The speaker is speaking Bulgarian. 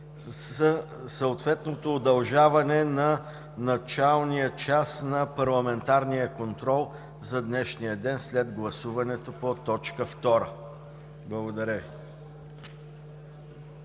съответното удължаване на началния час на парламентарния контрол за днешния ден след гласуването по точка втора. Благодаря